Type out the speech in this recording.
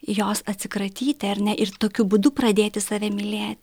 jos atsikratyti ar ne ir tokiu būdu pradėti save mylėt